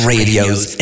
Radio's